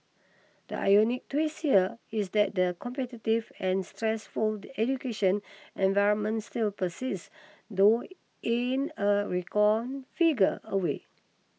the ironic twist here is that the competitive and stressful education environment still persists though in a reconfigured a way